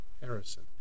Harrison